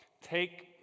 take